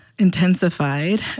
intensified